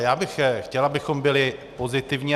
Já bych chtěl, abychom byli pozitivní.